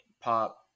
Pop